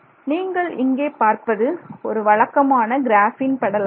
நீங்கள் இங்கே பார்ப்பது ஒரு வழக்கமான கிராஃபீன் படலம்